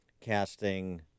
casting